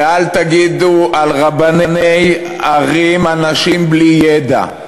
ואל תגידו על רבני ערים, אנשים בלי ידע.